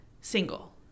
single